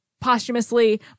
posthumously